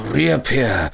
reappear